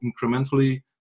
incrementally